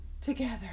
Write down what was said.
together